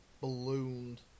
ballooned